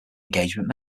engagement